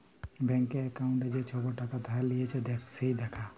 ব্যাংকে একাউল্টে যে ছব টাকা ধার লিঁয়েছে সেট দ্যাখা